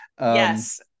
yes